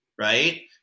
right